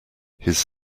his